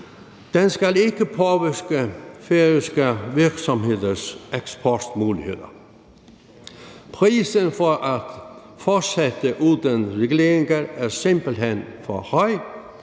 skal ikke påvirke færøske virksomheders eksportmuligheder. Prisen for at fortsætte uden reguleringer er simpelt hen for høj.